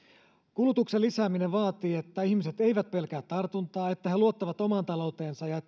kulutuksen lisääminen vaatii että ihmiset eivät pelkää tartuntaa että he luottavat omaan talouteensa ja